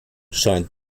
scheint